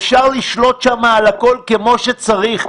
אפשר לשלוט שם על הכול כמו שצריך.